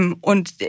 Und